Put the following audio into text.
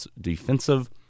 defensive